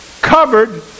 covered